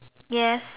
yes